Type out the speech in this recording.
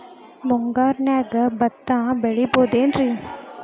ಮುಂಗಾರಿನ್ಯಾಗ ಭತ್ತ ಬೆಳಿಬೊದೇನ್ರೇ?